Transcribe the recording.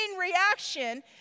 reaction